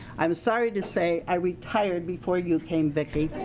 i'm sorry to say i retired before you came vicki.